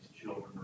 children